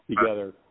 together